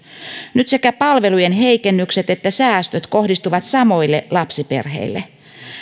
nyt sekä palvelujen heikennykset että säästöt kohdistuvat samoilla lapsiperheille